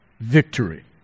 victory